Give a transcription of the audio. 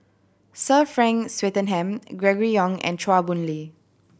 Sir Frank Swettenham Gregory Yong and Chua Boon Lay